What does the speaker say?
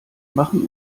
machen